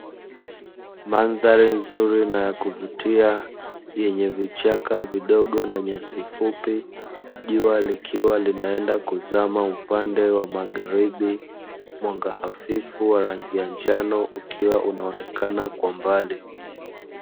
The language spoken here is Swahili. Mandhari nzuri na ya kuvutia yenye vichaka vidogo na nyasi fupi, jua likiwa linaenda kuzama upande wa magharibi, mwanga hafifu wa rangi ya njano ukiwa unaonekana kwa mbali.